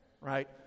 right